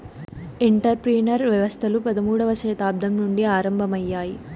enter ప్రెన్యూర్ వ్యవస్థలు పదమూడవ శతాబ్దం నుండి ఆరంభమయ్యాయి